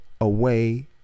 away